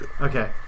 Okay